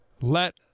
let